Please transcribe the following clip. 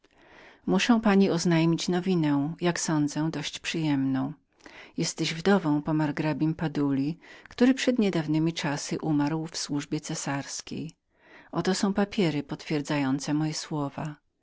muszę pani oznajmić nowinę jak sądzę dość zajmującą jesteś wdową po margrabi baduli który przed niedawnemi czasy umarł w służbie cesarskiej oto są papiery potwierdzające moje słowa